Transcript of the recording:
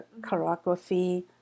choreography